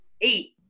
eight